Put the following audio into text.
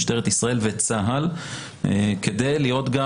משטרת ישראל וצה"ל כדי להיות גם